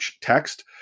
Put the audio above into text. text